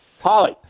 Holly